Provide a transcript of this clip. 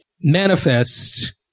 manifest